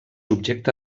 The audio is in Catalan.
objecte